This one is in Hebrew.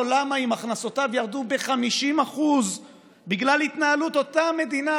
למה אם הכנסותיו ירדו ב-50% בגלל התנהלות אותה מדינה,